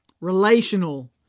relational